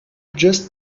just